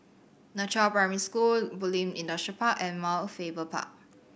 Nan Chiau Primary School Bulim Industrial Park and Mount Faber Park